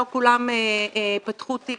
לא כולם פתחו תיק